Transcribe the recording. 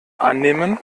annehmen